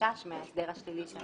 החשש מההסדר השלילי .